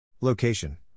Location